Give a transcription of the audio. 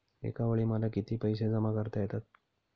एकावेळी मला किती पैसे जमा करता येतात?